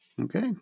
Okay